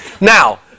Now